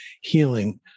healing